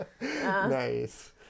Nice